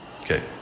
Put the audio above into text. Okay